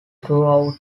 throughout